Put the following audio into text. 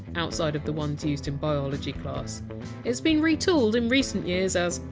outside of the ones used in biology class. it has been retooled in recent years as!